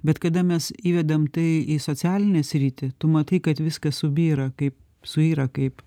bet kada mes įvedam tai į socialinę sritį tu matai kad viskas subyra kaip suyra kaip